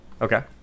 Okay